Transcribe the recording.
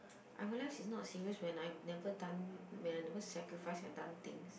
I realise it's not serious when I never done when I never sacrifice and done things